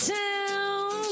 town